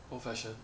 old-fashioned